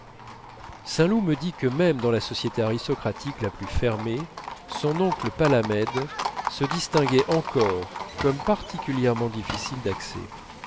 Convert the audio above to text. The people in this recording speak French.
saint loup me dit que même dans la société aristocratique la plus fermée son oncle palamède se distinguait encore comme particulièrement difficile d'accès